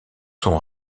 son